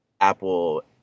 Apple